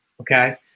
Okay